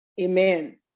amen